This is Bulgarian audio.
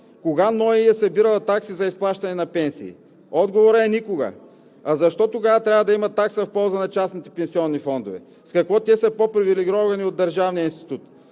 кога НОИ е събирал такси за изплащане на пенсии? Отговорът е: никога. Защо тогава трябва да има такса в полза на частните пенсионни фондове? С какво те са по привилегировани от Националния